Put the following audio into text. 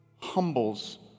humbles